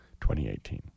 2018